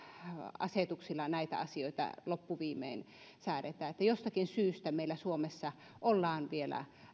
asetuksilla niinkään näitä asioita loppuviimein säädetä jostakin syystä meillä suomessa ollaan vielä